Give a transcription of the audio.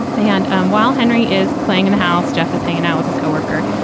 and and um while henry is playing in the house, jeff is hanging out with his co-worker.